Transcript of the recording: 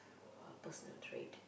a personal trait